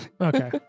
Okay